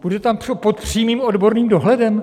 Bude tam pod přímým odborným dohledem?